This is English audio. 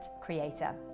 creator